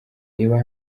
reba